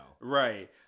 Right